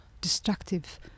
destructive